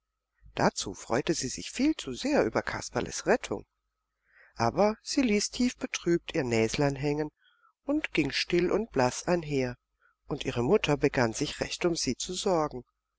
dazu freute sie sich viel zu sehr über kasperles rettung aber sie ließ tief betrübt ihr näslein hängen und ging still und blaß einher und ihre mutter begann sich recht um sie zu sorgen